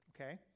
Okay